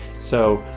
so,